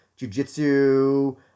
jujitsu